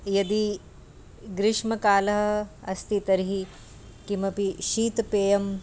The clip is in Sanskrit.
यदि ग्रीष्मकालः अस्ति तर्हि किमपि शीतपेयं